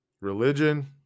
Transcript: Religion